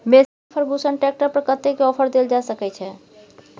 Massey Ferguson tractor पर कतेक के ऑफर देल जा सकै छै?